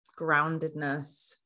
groundedness